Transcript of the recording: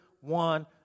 one